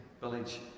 village